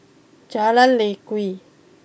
Jalan Lye Kwee